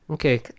Okay